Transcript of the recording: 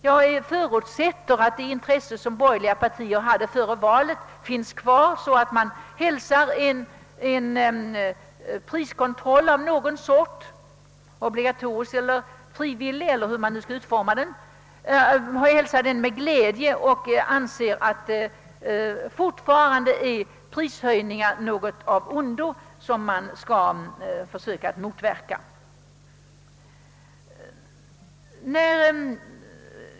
Jag förutsätter att det intresse, som förelåg hos de borgerliga partierna före valet, finns kvar så att en priskontroll av något slag — obligatorisk eller frivillig — hälsas med glädje och prisstegringar fortfarande anses böra motverkas.